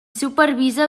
supervisa